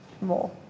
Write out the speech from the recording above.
more